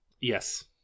Yes